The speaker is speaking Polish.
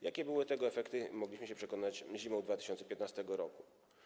Jakie były tego efekty, mogliśmy się przekonać zimą 2015 r.